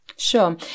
Sure